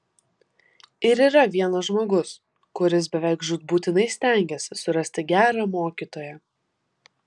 ir yra vienas žmogus kuris beveik žūtbūtinai stengiasi surasti gerą mokytoją